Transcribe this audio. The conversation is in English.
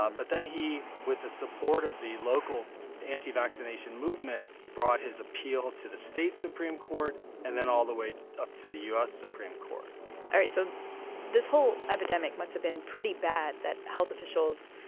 um but then he, with the support of the local anti-vaccination movement, brought his appeal to the state supreme court and then all the way up to the u s. supreme court all right. so this whole epidemic must have been pretty bad that health officials,